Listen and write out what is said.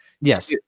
yes